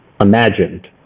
imagined